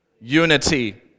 unity